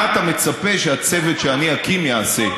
מה אתה מצפה שהצוות שאני אקים יעשה,